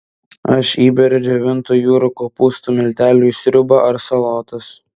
aš įberiu džiovintų jūrų kopūstų miltelių į sriubą ar salotas